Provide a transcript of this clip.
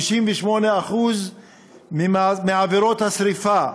58% מעבירות השרפה.